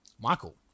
Michael